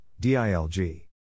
DILG